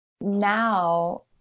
now